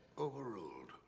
overruled.